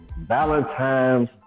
Valentine's